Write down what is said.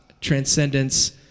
transcendence